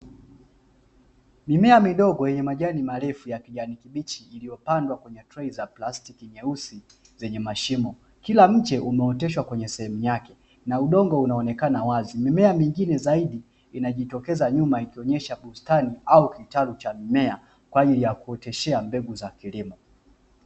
Mimea midogo yenye majani marefu ya kijani kibichi iliyopandwa kwenye trei za plastiki nyeusi zenye mashimo, kila mche umeoteshwa kwenye sehemu yake na udongo unaonekana wazi, mimea mingine zaidi inajitokeza nyuma ikionyesha bustani au kitalu cha mimea kwa ajili ya kuoteshea mbegu za kilimo.